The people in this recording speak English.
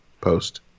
post